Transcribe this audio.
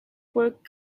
work